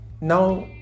Now